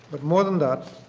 but more than that,